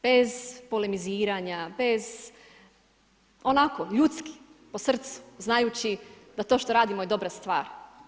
Bez polemiziranja, bez, onako, ljudski, po srcu, znajući da to što radimo je dobra stvar.